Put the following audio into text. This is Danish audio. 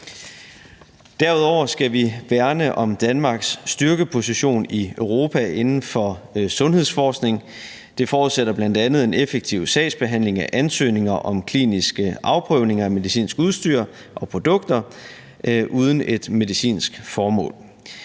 Derudover skal vi værne om Danmarks styrkeposition i Europa inden for sundhedsforskning. Det forudsætter bl.a. en effektiv sagsbehandling af ansøgninger om kliniske afprøvninger af medicinsk udstyr og produkter uden et medicinsk formål.